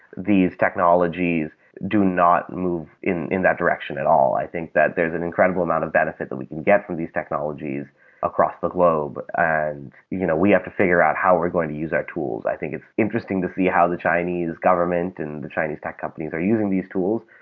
these technologies do not move in in that direction at all. i think that there's an incredible amount of benefit that we can get from these technologies across the globe. and you know we have to figure out how we're going to use our tools. i think it's interesting to see how the chinese government and the chinese tech companies are using these tools.